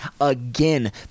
again